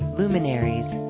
luminaries